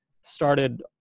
started